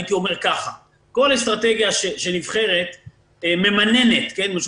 הייתי אומר כך: כל אסטרטגיה שנבחרת ממננת מלשון